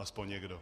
Aspoň někdo.